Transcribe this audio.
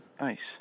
Nice